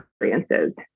experiences